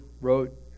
wrote